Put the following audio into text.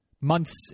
months